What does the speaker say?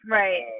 right